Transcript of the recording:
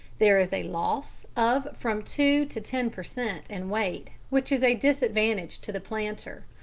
there is a loss of from two to ten per cent. in weight, which is a disadvantage to the planter,